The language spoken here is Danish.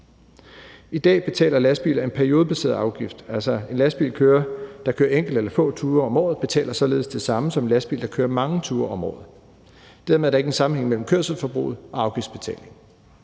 I dag betales en periodebaseret afgift for lastbiler. Altså, en lastbil, der kører enkelte eller få ture om året, betaler således det samme som en lastbil, der kører mange ture om året. Dermed er der ikke en sammenhæng mellem kørselsforbruget og afgiftsbetalingen.